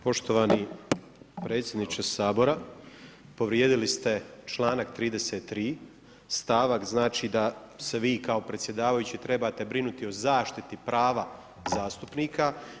Poštovani predsjedniče Sabora, povrijedili ste članak 33., stavak znači da se vi kao predsjedavajući trebate brinuti o zaštiti prava zastupnika.